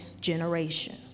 generation